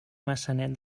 maçanet